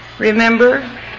Remember